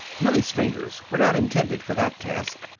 millie's fingers were not intended for that task.